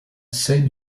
same